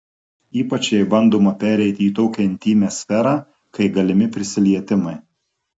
ypač jei bandoma pereiti į tokią intymią sferą kai galimi prisilietimai